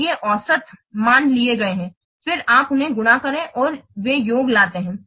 तो ये औसत मान लिए गए हैं और फिर आप उन्हें गुणा करें और वे योग लेते हैं